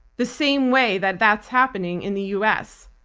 the same way that that's happening in the us.